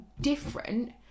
different